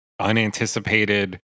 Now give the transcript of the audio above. unanticipated